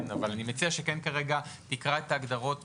אני מציע שכרגע תקרא את ההגדרות בשטף,